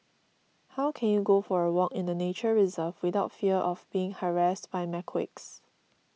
how can you go for a walk in a nature reserve without fear of being harassed by macaques